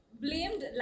blamed